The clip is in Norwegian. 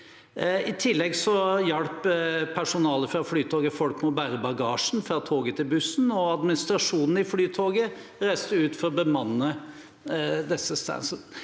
I tillegg hjalp personale fra Flytoget folk med å bære bagasjen fra toget til bussen, og administrasjonen i Flytoget reiste ut for å bemanne disse standene.